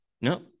No